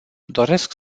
doresc